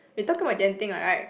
we talk about Genting [what] right